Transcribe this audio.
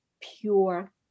pure